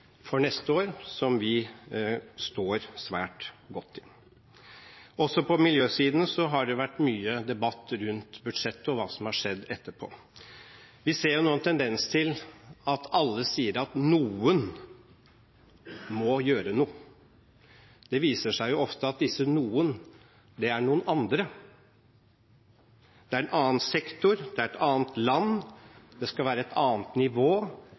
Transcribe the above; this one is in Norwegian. for neste år der vi står svært godt. Også på miljøsiden har det vært mye debatt rundt budsjettet og hva som har skjedd etterpå. Vi ser nå en tendens til at alle sier at noen må gjøre noe. Det viser seg ofte at disse «noen» er noen andre: Det er en annen sektor, det er et annet land, det skal være et annet nivå